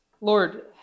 Lord